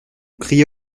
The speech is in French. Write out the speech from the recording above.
criait